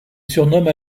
surnomme